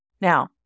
Now